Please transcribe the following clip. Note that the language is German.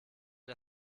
der